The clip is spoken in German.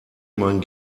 mein